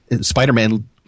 Spider-Man